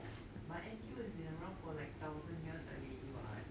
but N_T_U has been around for like thousand years already what